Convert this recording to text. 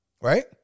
Right